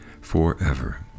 forever